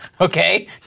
okay